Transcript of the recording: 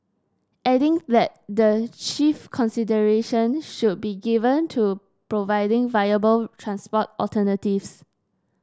adding that the chief consideration should be given to providing viable transport alternatives